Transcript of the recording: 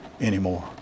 anymore